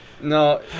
No